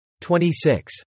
26